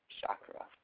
chakra